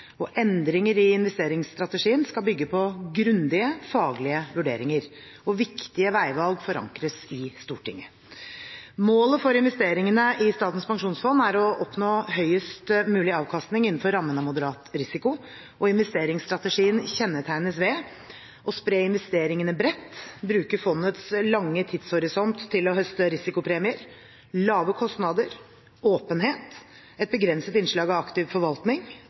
og endringer i investeringsstrategien skal bygge på grundige faglige vurderinger. Viktige veivalg forankres i Stortinget. Målet for investeringene i Statens pensjonsfond er å oppnå høyest mulig avkastning innenfor rammen av moderat risiko, og investeringsstrategien kjennetegnes ved: å spre investeringene bredt, å bruke fondets lange tidshorisont til å høste risikopremier, lave kostnader, åpenhet, et begrenset innslag av aktiv forvaltning,